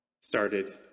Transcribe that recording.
started